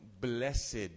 Blessed